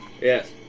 Yes